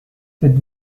cette